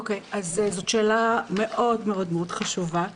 זאת שאלה מאוד מאוד חשובה.